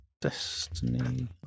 Destiny